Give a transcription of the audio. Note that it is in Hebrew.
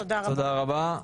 תודה רבה.